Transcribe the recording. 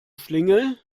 schlingel